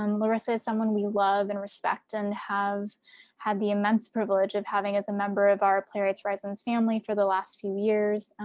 um larissa is someone we love and respect and have had the immense privilege of having as a member of our playwrights horizons family for the last few years.